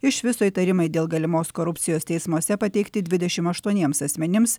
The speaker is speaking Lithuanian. iš viso įtarimai dėl galimos korupcijos teismuose pateikti dvidešimt aštuoniems asmenims